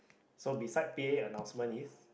so beside p_a annoucement is